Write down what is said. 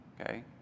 Okay